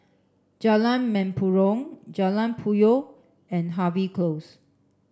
Jalan Mempurong Jalan Puyoh and Harvey Close